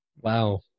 Wow